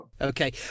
Okay